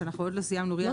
שעוד לא סיימנו RIA,